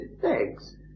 Thanks